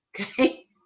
okay